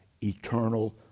eternal